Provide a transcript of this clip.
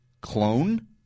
clone